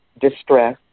distress